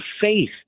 faith